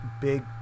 big